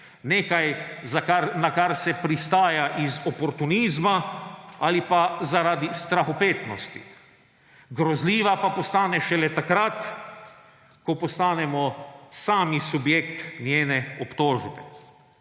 nekaj, na kar se pristaja iz oportunizma ali pa zaradi strahopetnosti. Grozljiva pa postane šele takrat, ko postanemo sami subjekt njene obtožbe.